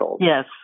Yes